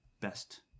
best